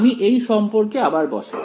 আমি এই সম্পর্কে আবার বসাই